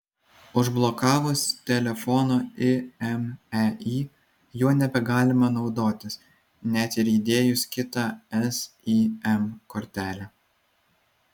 užblokavus telefono imei juo nebegalima naudotis net ir įdėjus kitą sim kortelę